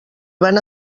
van